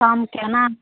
कम कोना